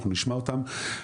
אנחנו נשמע אותם.